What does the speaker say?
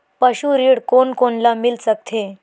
पशु ऋण कोन कोन ल मिल सकथे?